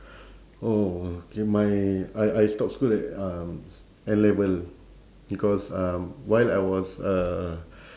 okay my I I stop school at um N-level because um while I was uh